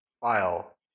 file